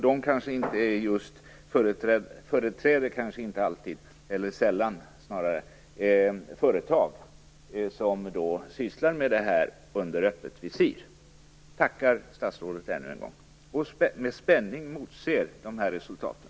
De företräder kanske inte alltid, eller snarare sällan, företag som sysslar med detta under öppet visir. Jag tackar statsrådet ännu en gång och ser med spänning fram emot de här resultaten.